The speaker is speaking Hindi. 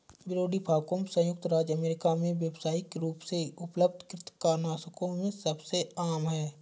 ब्रोडीफाकौम संयुक्त राज्य अमेरिका में व्यावसायिक रूप से उपलब्ध कृंतकनाशकों में सबसे आम है